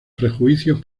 prejuicios